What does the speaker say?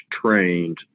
trained